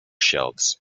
shelves